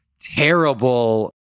terrible